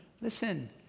Listen